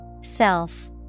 Self